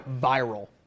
viral